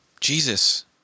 Jesus